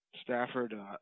Stafford